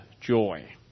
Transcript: joy